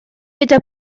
gyda